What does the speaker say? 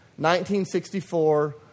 1964